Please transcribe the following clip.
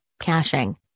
caching